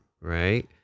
right